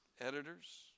editors